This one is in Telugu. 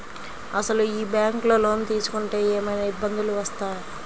అసలు ఈ బ్యాంక్లో లోన్ తీసుకుంటే ఏమయినా ఇబ్బందులు వస్తాయా?